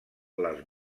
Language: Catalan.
les